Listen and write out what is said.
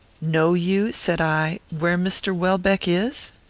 know you, said i, where mr. welbeck is?